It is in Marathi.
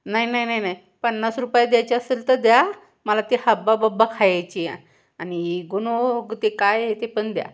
नाही नाही नाही नाही पन्नास रुपयात द्यायची असेल तर द्या मला ती हब्बाबब्बा खायची आहे आणि इगुनोग ते काय ते पण द्या